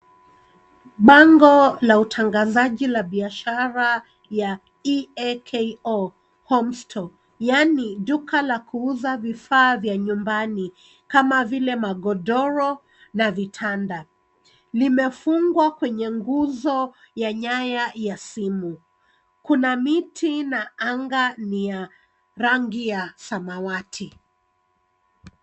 Bango la utangazaji la biashara ya EAKO HOMESTORE yaani duka la kuuza vifaa vya nyumbani, kama vile magodoro na vitanda. Limefungwa kwenye nguzo ya nyaya ya simu. Kuna miti na anga ni ya rangi ya samawati.